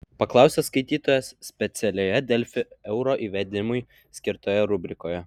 paklausė skaitytojas specialioje delfi euro įvedimui skirtoje rubrikoje